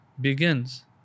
begins